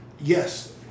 Yes